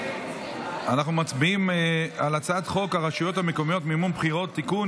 אנחנו מצביעים על הצעת חוק הרשויות המקומיות (מימון בחירות) (תיקון,